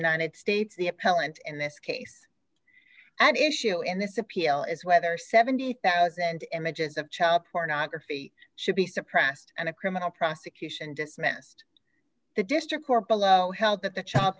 united states the appellant in this case at issue in this appeal is whether seventy thousand images of child pornography should be suppressed and a criminal prosecution dismissed the district court below held that the child